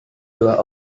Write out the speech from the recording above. dua